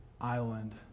island